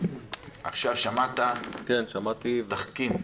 שמעת תחכים.